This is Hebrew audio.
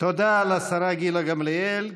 תודה לשרה גילה גמליאל,